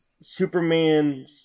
Superman